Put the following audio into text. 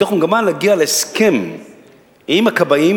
מתוך מגמה להגיע להסכם עם הכבאים.